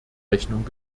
rechnung